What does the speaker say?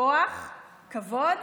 כוח, כבוד,